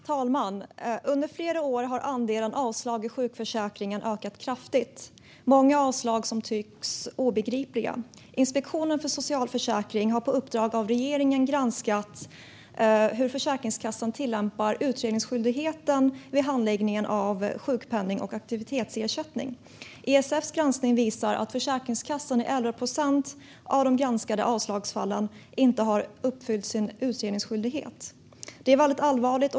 Herr talman! Under flera år har andelen avslag i sjukförsäkringen ökat kraftigt. Många avslag tycks obegripliga. Inspektionen för socialförsäkringen har på uppdrag av regeringen granskat hur Försäkringskassan tillämpar utredningsskyldigheten vid handläggningen av sjukpenning och aktivitetsersättning. ISF:s granskning visar att Försäkringskassan i 11 procent av de granskade avslagsfallen inte har uppfyllt sin utredningsskyldighet. Det är väldigt allvarligt.